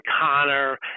Connor